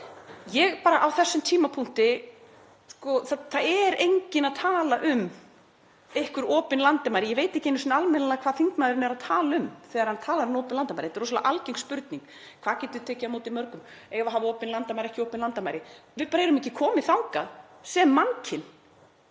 er í. Á þessum tímapunkti er enginn að tala um einhver opin landamæri. Ég veit ekki einu sinni almennilega hvað þingmaðurinn er að tala um þegar hann talar um opin landamæri. Þetta er rosalega algeng spurning: Hvað getum við tekið á móti mörgum? Eigum að hafa opin landamæri eða ekki opin landamæri? Við erum ekki komin þangað sem mannkyn.